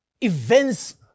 events